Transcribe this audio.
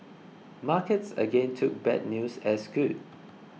markets again took bad news as good